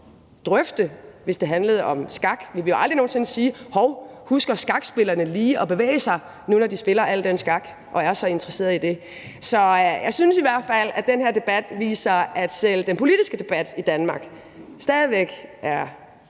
drøfte, hvis det handlede om skak. Der ville vi aldrig nogen sinde sige: Hov, husker skakspillerne lige at bevæge sig, når de spiller al den skak og er så interesserede i det? Så jeg synes i hvert fald, at den her debat viser, at selv den politiske debat i Danmark stadig væk er